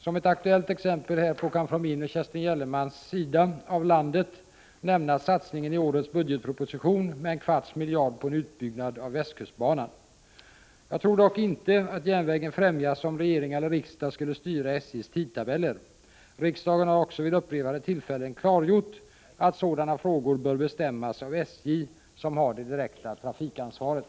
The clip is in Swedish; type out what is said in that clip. Som ett aktuellt exempel härpå kan från min och Kerstin Gellermans sida av landet nämnas satsningen i årets budgetproposition med en kvarts miljard på en utbyggnad av västkustbanan. Jag tror dock inte att järnvägen främjas om regering eller riksdag skulle styra SJ:s tidtabeller. Riksdagen har också vid upprepade tillfällen klargjort att sådana frågor bör bestämmas av SJ, som har det direkta trafikansvaret.